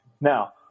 Now